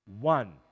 one